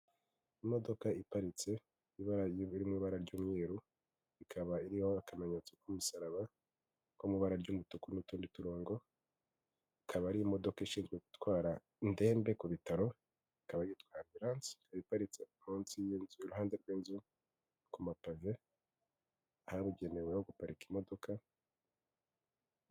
Imodoka iparitse ibara ry'ubururimo ibara ry'umweru ikaba iriho akamenyetso k'umusaraba w'ibara ry'umutuku, n'utundi turongo ikaba ari imodoka ishinzwe gutwara indembe ku bitaro ikaba yitwara Amburance, iparitse munsi y'inzu iruhande rw'inzu kumapave ahabugeneweho guparika imodoka.